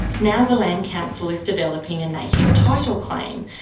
now the land council is developing a native title claim,